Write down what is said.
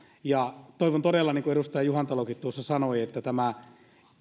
toivon todella niin kuin edustaja juhantalokin tuossa sanoi että